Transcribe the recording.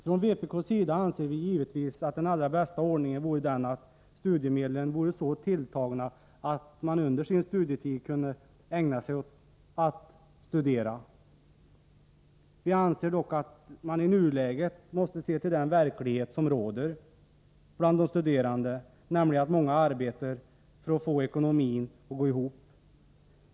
Från vpk:s sida anser vi givetvis att den allra bästa ordningen vore den att studiemedlen vore så tilltagna att man under sin studietid kunde ägna sig åt att studera. Vi anser dock att man i nuläget måste se till den verklighet som råder bland de studerande, nämligen att många arbetar för att få ekonomin att gå ihop.